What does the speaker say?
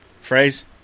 Phrase